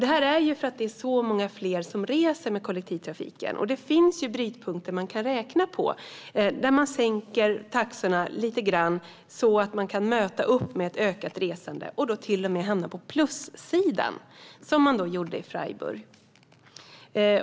Det beror på att det är så många fler som reser med kollektivtrafiken. Det finns brytpunkter man kan räkna på, där man sänker taxorna lite grann och möter upp med ett ökat resande och då till och med hamnar på plussidan, vilket man alltså gjorde i Freiburg.